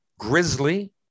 grizzly